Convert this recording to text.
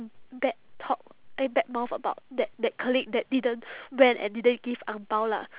bad talk eh badmouth about that that colleague that didn't went and didn't give ang bao lah